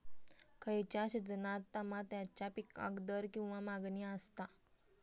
खयच्या सिजनात तमात्याच्या पीकाक दर किंवा मागणी आसता?